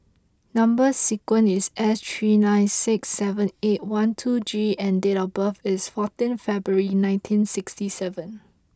number sequence is S three nine six seven eight one two G and date of birth is fourteen February nineteen sixty seven